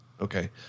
Okay